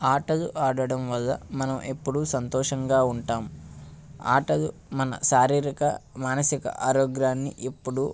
ఆటలు ఆడటంవల్ల మనం ఎప్పుడు సంతోషంగా ఉంటాము ఆటలు మన శారీరక మానసిక ఆరోగ్యాన్ని ఎప్పుడు